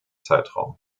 zeitraum